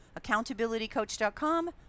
accountabilitycoach.com